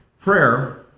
Prayer